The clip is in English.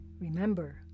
Remember